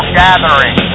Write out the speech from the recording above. gathering